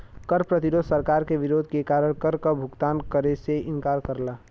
कर प्रतिरोध सरकार के विरोध के कारण कर क भुगतान करे से इंकार करला